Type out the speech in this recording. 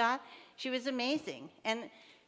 got she was amazing and